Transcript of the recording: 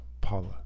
Paula